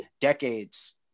decades